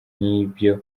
nk’ibyo